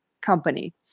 company